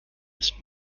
ist